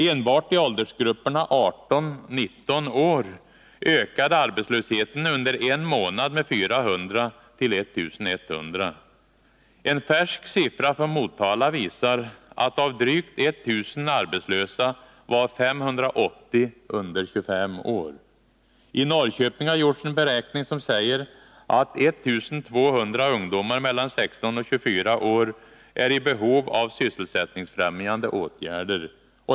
Enbart i åldersgruppen 18-19 år ökade arbetslösheten under en månad med 400 till 1 100. En färsk siffra från Motala visar att av drygt 1 000 arbetslösa var 580 under 25 år. I Norrköping har gjorts en beräkning som säger att 1 200 ungdomar mellan 16 och 24 år är i behov av sysselsättningsfrämjande åtgärder.